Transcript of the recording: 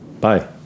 Bye